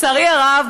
לצערי הרב,